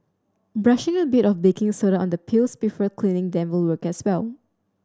brushing a bit of baking soda on the peels before cleaning them will work guess well